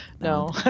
No